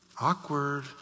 Awkward